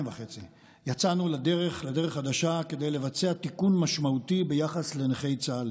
יצאנו לדרך חדשה כדי לבצע תיקון משמעותי ביחס לנכי צה"ל,